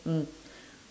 mm